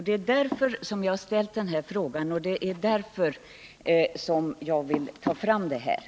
Det är därför jag har ställt den här frågan, och det är därför jag har velat redovisa dessa siffror.